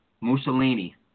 Mussolini